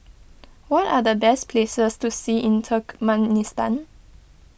what are the best places to see in Turkmenistan